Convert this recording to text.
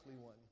one